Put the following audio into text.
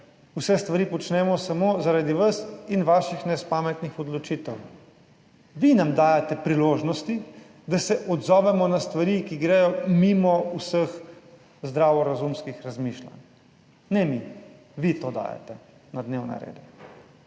vse stvari počnemo samo zaradi vas in vaših nespametnih odločitev. Vi nam dajete priložnosti, da se odzovemo na stvari, ki gredo mimo vseh zdravorazumskih razmišljanj. Ne mi, vi to dajete na dnevnem redu.